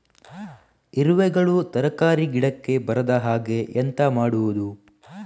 ಇರುವೆಗಳು ತರಕಾರಿ ಗಿಡಕ್ಕೆ ಬರದ ಹಾಗೆ ಎಂತ ಮಾಡುದು?